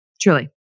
truly